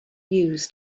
news